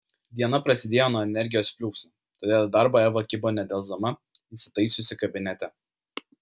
diena prasidėjo nuo energijos pliūpsnio todėl į darbą eva kibo nedelsdama įsitaisiusi kabinete